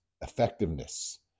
effectiveness